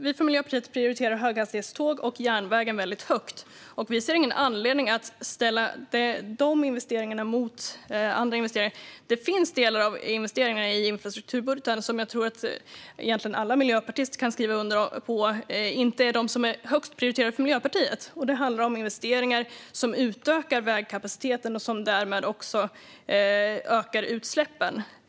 Vi i Miljöpartiet prioriterar höghastighetståg och järnvägen väldigt högt. Men vi ser ingen anledning att ställa de investeringarna mot andra investeringar. Det finns investeringar i delar av infrastrukturbudgetarna som inte är de högst prioriterade för Miljöpartiet; det tror jag att alla miljöpartister kan skriva under på. Det handlar om investeringar som utökar vägkapaciteten och därmed också ökar utsläppen.